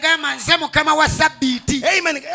Amen